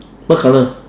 what colour